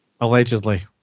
Allegedly